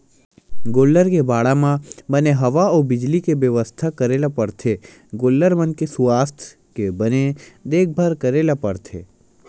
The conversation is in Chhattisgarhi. गोल्लर के बाड़ा म बने हवा अउ बिजली के बेवस्था करे ल परथे गोल्लर मन के सुवास्थ के बने देखभाल करे ल परथे